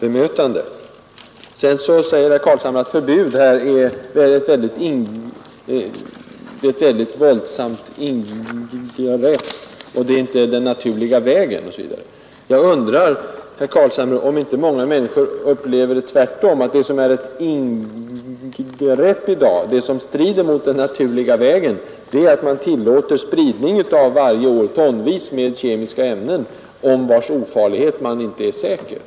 Vidare säger herr Carlshamre att förbud är ett våldsamt ingrepp, det är inte den naturliga vägen, osv. Jag undrar om inte många människor tvärtom anser, att det som är ett ingrepp, det som strider mot den naturliga vägen, är att man tillåter spridning av tonvis med kemiska ämnen varje år, vilkas ofarlighet man inte är säker på.